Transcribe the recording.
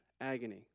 agony